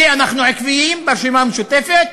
כי אנחנו עקביים, ברשימה המשותפת,